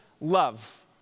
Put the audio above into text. love